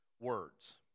words